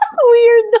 Weird